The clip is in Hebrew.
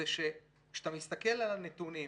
כשאתה מסתכל על הנתונים,